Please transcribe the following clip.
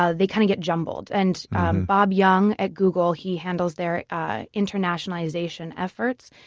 ah they kind of get jumbled. and bob jung at google, he handles their internationalization efforts.